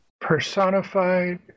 personified